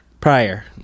prior